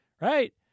right